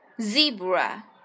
Zebra